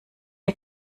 der